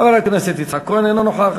חבר הכנסת יצחק כהן, אינו נוכח.